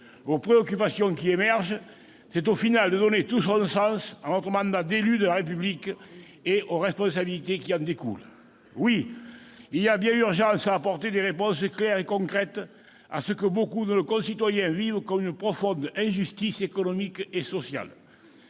aux préoccupations qui émergent. C'est, au final, de donner tout leur sens à notre mandat d'élus de la République et aux responsabilités qui en découlent. Oui, il y a bien urgence à apporter des réponses claires et concrètes à ce que beaucoup de nos concitoyens vivent comme une profonde injustice économique et sociale